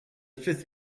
fifth